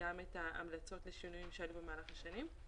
גם את ההמלצות שהיו לשינויים במהלך השנים,